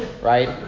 right